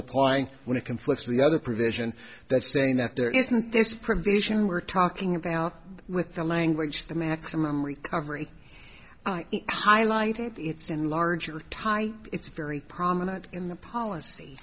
applying when it conflicts with the other provision that saying that there isn't this provision we're talking about with the language the maximum recovery highlighted it's in large or high it's very prominent in the policy